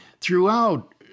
Throughout